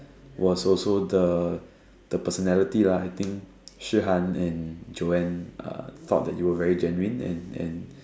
was also the personality lah I think Shi-Han and Joanne uh thought that you were very genuine and and